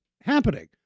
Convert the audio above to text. happening